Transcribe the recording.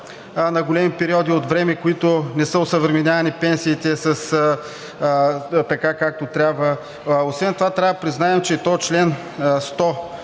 на големи периоди от време, в които не са осъвременявани пенсиите така, както трябва. Освен това трябва да признаем, че този чл. 100